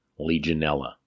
Legionella